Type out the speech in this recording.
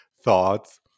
thoughts